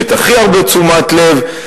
ואת הכי הרבה תשומת לב.